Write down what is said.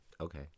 Okay